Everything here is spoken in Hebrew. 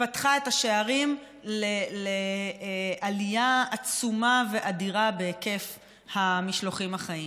פתחה את השערים לעלייה עצומה ואדירה בהיקף המשלוחים החיים.